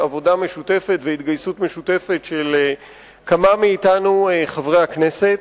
יש כאן עבודה משותפת והתגייסות משותפת של כמה מאתנו חברי הכנסת.